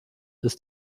ist